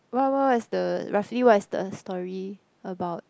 what what is the roughly what is the story about